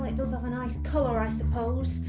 it does have a nice colour i suppose.